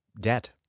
debt